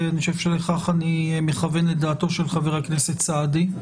ואני חושב שלכך אני מכוון לדעתי של חבר הכנסת סעדי,